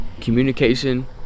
communication